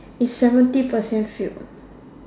is seventy percent filled